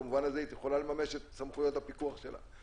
במובן הזה היא יכולה לממש את סמכויות הפיקוח שלה.